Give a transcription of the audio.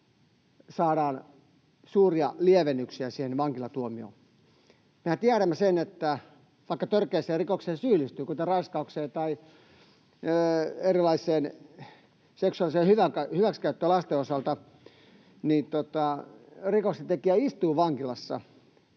saadaan suuria lievennyksiä siihen vankilatuomioon. Mehän tiedämme sen, että vaikka törkeisiin rikoksiin syyllistyy, kuten raiskaukseen tai seksuaalisen hyväksikäyttöön lasten osalta, niin rikoksentekijä istuu vankilassa